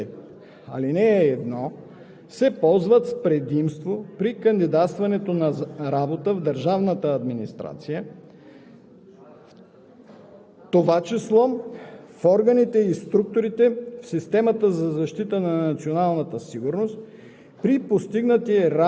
Чл. 59л. Българските граждани, преминали срочна служба в доброволния резерв по чл. 59, ал. 1, се ползват с предимство при кандидатстване за работа в държавната администрация,